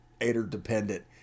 aider-dependent